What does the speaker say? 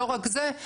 לא רק זה,